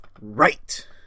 Right